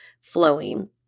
flowing